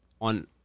on